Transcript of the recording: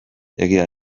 egia